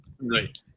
Right